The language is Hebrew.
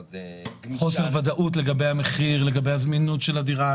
חוסר ודאות לגבי המחיר, לגבי הזמינות של הדירה.